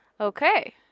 Okay